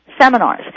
seminars